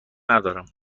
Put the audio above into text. ندارم